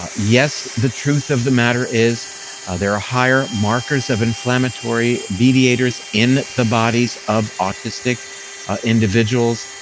ah yes, the truth of the matter is there are higher markers of inflammatory mediators in the bodies of autistic individuals.